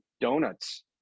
donuts